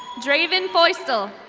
drayven foystel.